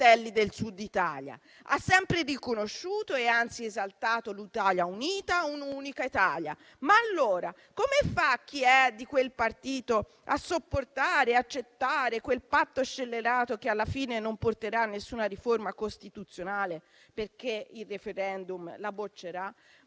del Sud Italia; ha sempre riconosciuto e anzi esaltato l'Italia unita, un'unica Italia. Ma, allora, come fa chi è di quel partito a sopportare e ad accettare quel patto scellerato che, alla fine, non porterà a nessuna riforma costituzionale, perché il *referendum* la boccerà?